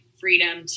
freedom